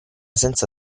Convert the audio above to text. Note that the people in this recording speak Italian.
senza